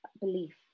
belief